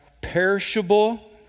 perishable